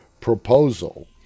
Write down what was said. proposal